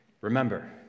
Remember